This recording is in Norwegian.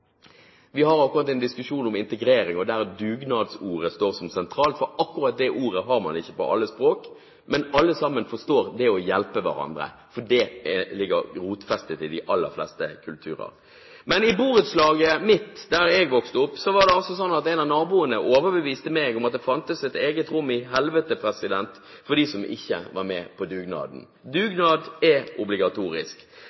Vi har akkurat en diskusjon om integrering, der ordet «dugnad» står sentralt. Akkurat det ordet har man ikke på alle språk, men alle sammen forstår det å hjelpe hverandre, for det ligger rotfestet i de aller fleste kulturer. Men i borettslaget mitt, der jeg vokste opp, var det sånn at en av naboene mine overbeviste meg om at det fantes et eget rom i helvete for dem som ikke var med på dugnaden.